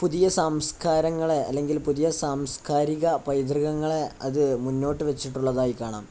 പുതിയ സാംസ്കാരങ്ങളെ അല്ലെങ്കിൽ പുതിയ സാംസ്കാരിക പൈതൃകങ്ങളെ അത് മുന്നോട്ടു വെച്ചിട്ടുള്ളതായി കാണാം